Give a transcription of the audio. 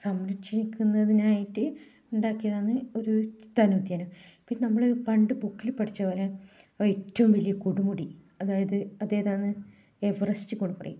സംരക്ഷിക്കുന്നതിനായിട്ട് ഉണ്ടാക്കിയതാണ് ഒരു ചിത്താൻ ഉദ്യാനം ഇപ്പോൾ നമ്മൾ പണ്ട് ബുക്കിൽ പഠിച്ച പോലെ ഏറ്റവും വലിയ കൊടുമുടി അതായത് അതേതാണ് എവറസ്റ്റ് കൊടുമുടി